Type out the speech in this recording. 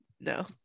no